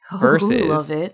versus